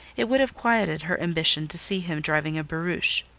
it would have quieted her ambition to see him driving a barouche.